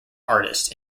artist